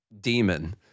demon